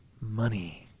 money